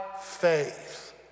faith